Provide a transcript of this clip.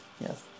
Yes